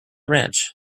ranch